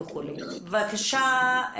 בבקשה,